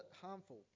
harmful